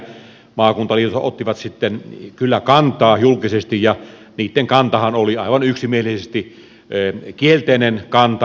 maakuntaliitot ottivat sitten kyllä kantaa julkisesti ja niitten kantahan oli aivan yksimielisesti kielteinen kanta